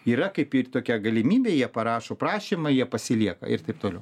yra kaip ir tokia galimybė jie parašo prašymą jie pasilieka ir taip toliau